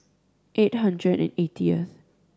eight hundred and eightieth